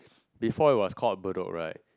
before it was called Bedok right